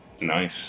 Nice